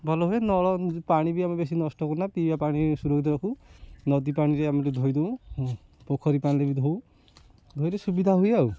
ଭଲ ହୁଏ ନଳ ପାଣି ବି ଆମେ ବେଶୀ ନଷ୍ଟ କରୁନା ପିଇବା ପାଣି ସୁରକ୍ଷିତ ରଖୁ ନଦୀ ପାଣିରେ ଆମେ ଧୋଇ ଦଉ ପୋଖରୀ ପାଣିରେ ବି ଧୋଉ ଧୋଇଲେ ସୁବିଧା ହୁଏ ଆଉ